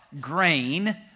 grain